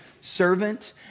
servant